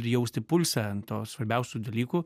ir jausti pulsą ant to svarbiausių dalykų